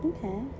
Okay